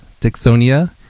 Dixonia